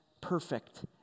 perfect